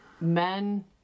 men